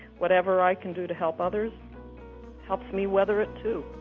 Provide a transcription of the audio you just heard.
whatever i can do to help others helps me weather it too